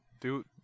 Dude